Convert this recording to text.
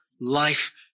life